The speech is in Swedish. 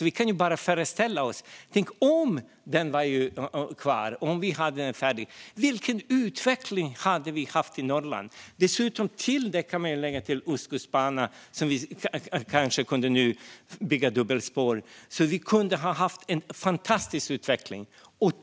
Vi kan bara föreställa oss att om banan hade varit kvar i planen och den hade färdigställts, vilken utveckling hade det inte kunnat bli i Norrland. Till detta kan vi lägga till dubbelspår på Ostkustbanan. Det kunde ha varit en fantastisk utveckling.